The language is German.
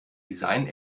design